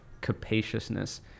capaciousness